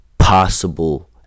possible